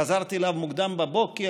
חזרתי אליו מוקדם בבוקר,